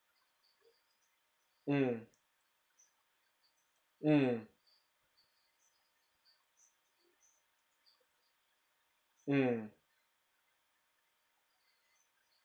mm mm mm